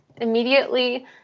immediately